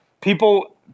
people